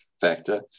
factor